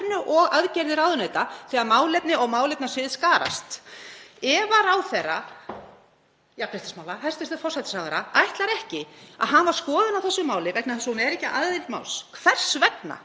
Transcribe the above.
og aðgerðir ráðuneyta þegar málefni og málefnasvið skarast. Ef ráðherra jafnréttismála, hæstv. forsætisráðherra, ætlar ekki að hafa skoðun á þessu máli vegna þess að hún er ekki aðili máls, hvers vegna